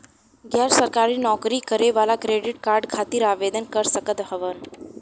गैर सरकारी नौकरी करें वाला क्रेडिट कार्ड खातिर आवेदन कर सकत हवन?